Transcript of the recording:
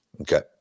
okay